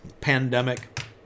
pandemic